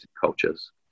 cultures